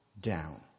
down